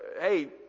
hey